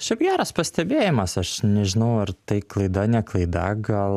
šiaip geras pastebėjimas aš nežinau ar tai klaida ne klaida gal